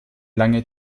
lange